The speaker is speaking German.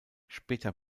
später